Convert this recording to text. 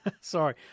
sorry